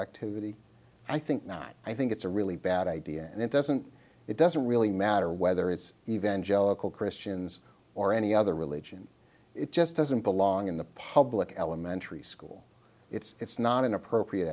activity i think not i think it's a really bad idea and it doesn't it doesn't really matter whether it's evangelical christians or any other religion it just doesn't belong in the public elementary school it's not an appropriate